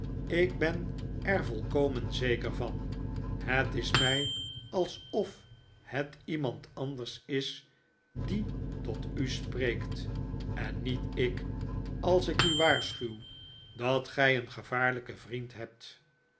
ik ben er volkomen zeker van het is mij alsof het iemand anders is die tot u spreekt en niet ik als ik u waarschuw dat gij een gevaarlijken vriend hebt